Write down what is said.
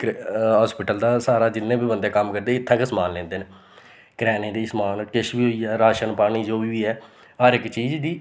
hospital दा सारा जिन्ने बी कम्म करदे इत्थां गै सामान लैंदे न करेआने दी किश बी समान होई गेआ राशन पानी जो बी ऐ हर इक चीज़ दी